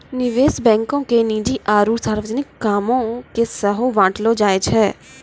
निवेश बैंको के निजी आरु सार्वजनिक कामो के सेहो बांटलो जाय छै